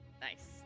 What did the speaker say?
Nice